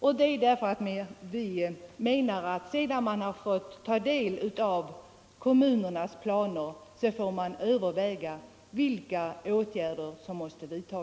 Vi menar att man, efter att ha tagit del av kommunernas planer, får överväga vilka åtgärder som måste vidtas.